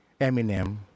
Eminem